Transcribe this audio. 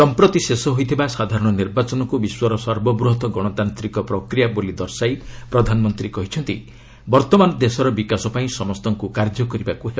ସମ୍ପ୍ରତି ଶେଷ ହୋଇଥିବା ସାଧାରଣ ନିର୍ବାଚନକୁ ବିଶ୍ୱର ସର୍ବବୃହତ୍ ଗଣତାନ୍ତିକ ପ୍ରକ୍ରିୟା ବୋଲି ଦର୍ଶାଇ ପ୍ରଧାନମନ୍ତ୍ରୀ କହିଛନ୍ତି ବର୍ତ୍ତମାନ ଦେଶର ବିକାଶ ପାଇଁ ସମସ୍ତଙ୍କୁ କାର୍ଯ୍ୟ କରିବାକୁ ହେବ